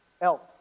else